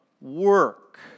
work